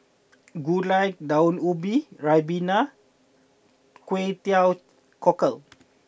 Gulai Daun Ubi Ribena Kway Teow Cockles